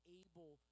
able